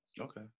Okay